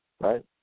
right